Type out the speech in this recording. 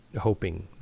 hoping